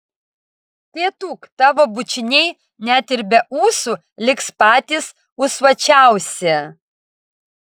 tėtuk tavo bučiniai net ir be ūsų liks patys ūsuočiausi